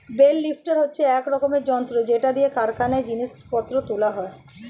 bell lifter হচ্ছে এক রকমের যন্ত্র যেটা দিয়ে কারখানায় জিনিস পত্র তোলা হয়